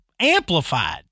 amplified